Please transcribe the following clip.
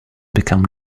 become